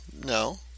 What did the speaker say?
No